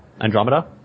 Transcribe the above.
Andromeda